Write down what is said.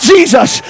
Jesus